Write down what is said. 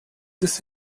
this